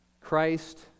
Christ